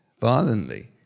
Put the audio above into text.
violently